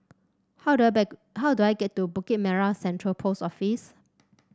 how do I bake how do I get to Bukit Merah Central Post Office